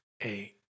eight